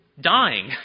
dying